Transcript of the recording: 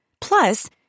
Plus